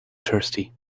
thirsty